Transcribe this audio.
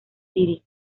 city